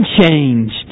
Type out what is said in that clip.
unchanged